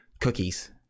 Cookies